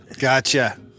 Gotcha